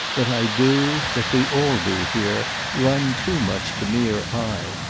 that i do, that we all do here, run too much to mere eye.